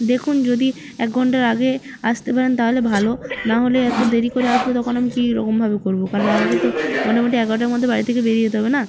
দেখুন যদি এক ঘন্টার আগে আসতে পারেন তাহলে ভালো নাহলে এতো দেরি করে আসলে তখন আমি কী রকমভাবে করবো কারণ আমাকে তো মোটামুটি এগোরাটার মধ্যে বাড়ি থেকে বেড়িয়ে যেতে হবে না